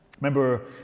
remember